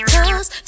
Cause